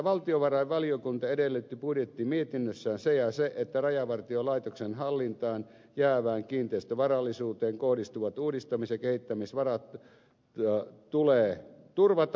valtiovarainvaliokunta edellytti budjettimietinnössään että rajavartiolaitoksen hallintaan jäävään kiinteistövarallisuuteen kohdistuvat uudistamis ja kehittämisvarat tulee turvata